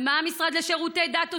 ומה במשרד לשירותי דת עושים?